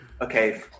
okay